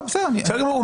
בסדר גמור,